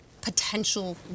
potential